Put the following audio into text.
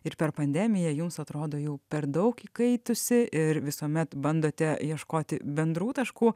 ir per pandemiją jums atrodo jau per daug įkaitusi ir visuomet bandote ieškoti bendrų taškų